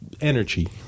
energy